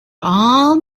all